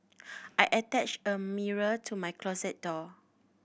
I attached a mirror to my closet door